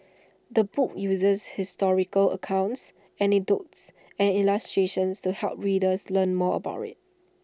the book uses historical accounts anecdotes and illustrations to help readers learn more about IT